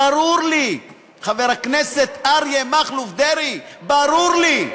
ברור לי, חבר הכנסת אריה מכלוף דרעי, ברור לי.